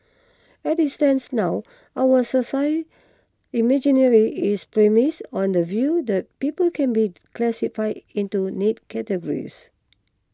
it is stands now our social imaginary is premised on the view that people can be classified into neat categories